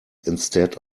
instead